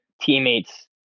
teammates